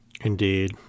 Indeed